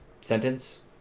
sentence